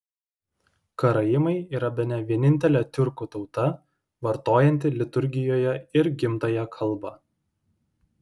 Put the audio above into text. karaimai yra bene vienintelė tiurkų tauta vartojanti liturgijoje ir gimtąją kalbą